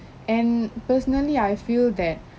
and personally I feel that